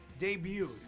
debuted